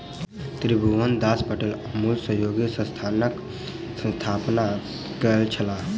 त्रिभुवनदास पटेल अमूल सहयोगी संस्थानक स्थापना कयने छलाह